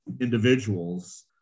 individuals